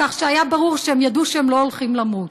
כך שהיה ברור שהם ידעו שהם לא הולכים למות.